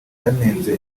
banenze